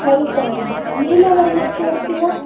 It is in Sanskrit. हरितवर्णः वा नीलवर्णस्य अस्ति वा